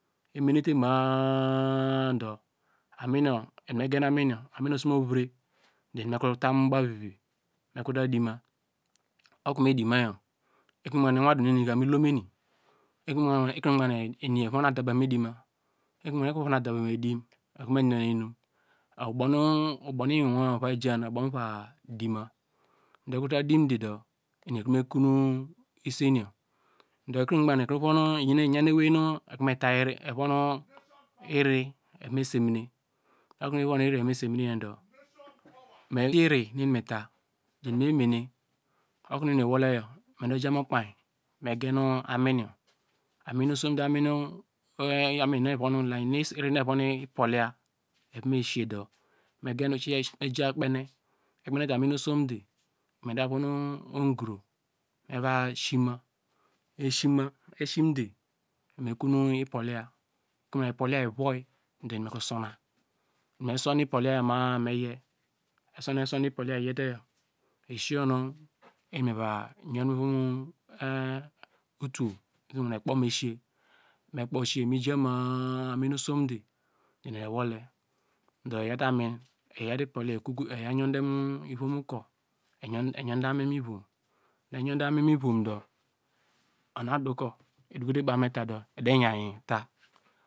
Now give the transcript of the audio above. Emene ye ma- a do aminiyer eni meyan amin yor usumuvre do eni mekro tamu bawvivi, mekrota dima, okonu medimayer ekre nu oqbanke iwadune ne mi lomeni, ekrenu ogbanke eni evun adabaw evu medima, ekrenu oqbanke ekrevon adabaw edim eni ekrome yonu ne inum ubaw nu iwiwo iva jan oyor ubowmu ya dima, do eta dimde do eni ekro mekon esen yor, do evonu iri eva mesemine do di iri nu eni meta do inumo mene okonu eni ewole vor mejamu okpei megenu aminyor aminyor osomde amin yor osomde nu evon ipoliye evumesiye do me gen mejakpene aminyor osomde medu von ogro me va sima, esimede me kon ipoliya ka ipoliya yor ivowo do eni mesona, eni mesonu ipoliya yor ma-̄ā meye, eson, eson ipoliya yor eyete yor esiyo nu ehimeva yonmu ivom mu utowo ekpo mesiye, me kposiye mi ju ma-̄ā amin osomde eni ewole do eyawte ipohye eko kote mu ivom oku, eyonde amin mu ivom, eyonde amin mu ivomdow, unu adukue odokote bawnu meto do edeyeta.